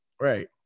Right